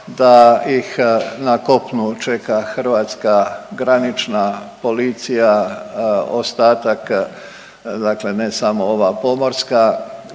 da ih na kopnu čeka hrvatska granična policija, ostatak, dakle ne samo ova pomorska.